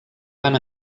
van